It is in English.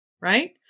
right